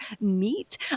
meet